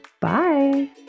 Bye